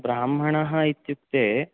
ब्राह्मणः इत्युक्ते